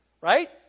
Right